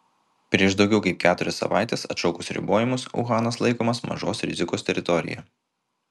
prieš daugiau kaip keturias savaites atšaukus ribojimus uhanas laikomas mažos rizikos teritorija